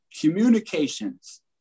communications